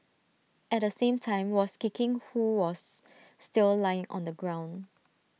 at the same time was kicking who was still lying on the ground